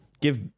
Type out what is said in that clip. give